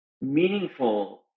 meaningful